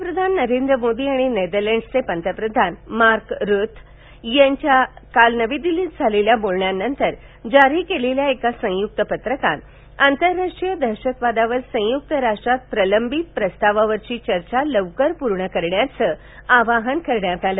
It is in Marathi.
पंतप्रधान नरेंद्र मोदी आणि नेदरलँडसचे पंतप्रधान मार्क रुतअ यांनी काल नवी दिल्लीत केलेल्या बोलण्यांनंतर जारी केलेल्या संयुक्त पत्रकात आंतरराष्ट्रीय दहशतवादावर संयुक्त राष्ट्रात प्रलंबित प्रस्तावावरची चर्चा लौकर पूर्ण करण्याचं आवाहन केलं